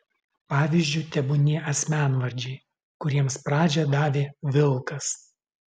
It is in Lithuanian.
pavyzdžiu tebūnie asmenvardžiai kuriems pradžią davė vilkas